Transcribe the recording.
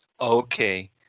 Okay